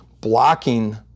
blocking